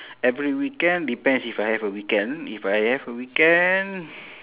every weekend depends if I have a weekend if I have a weekend